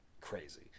crazy